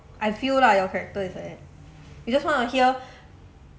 I feel lah your character is like that you just want to hear